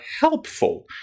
helpful